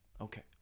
Okay